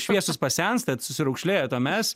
šviesūs pasenstat susiraukšlėjat o mes